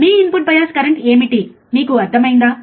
మీ input bias current ఏమిటి మీకు అర్థమైందా